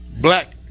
black